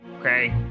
Okay